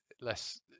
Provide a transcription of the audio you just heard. less